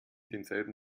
denselben